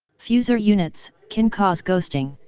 fuser units can cause ghosting.